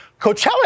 Coachella